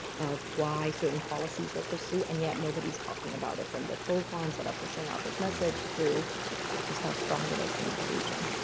of why certain policies are pursued. and yet nobody's talking about it from the troll farms that are pushing out this message to just how strong it is in that region.